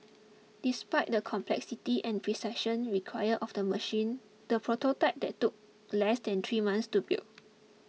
despite the complexity and precision required of the machine the prototype took less than three months to build